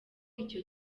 icyo